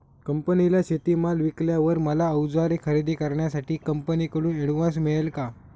कंपनीला शेतीमाल विकल्यावर मला औजारे खरेदी करण्यासाठी कंपनीकडून ऍडव्हान्स मिळेल का?